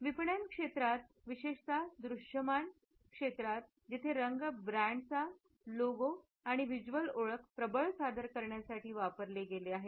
हे विपणन मध्ये विशेषतः दृश्यमान आहे जेथे रंग ब्रँडचा लोगो आणि व्हिज्युअल ओळख प्रबळ सादर करण्यासाठी वापरले गेले आहे